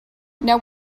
now